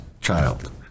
child